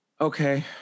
okay